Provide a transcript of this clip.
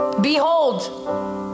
Behold